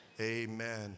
amen